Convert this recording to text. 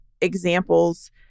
examples